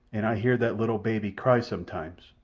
and ay hear that little baby cry sometimes.